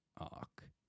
arc